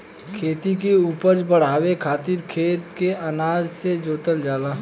खेत के उपज बढ़ावे खातिर खेत के अच्छा से जोतल जाला